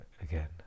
again